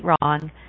wrong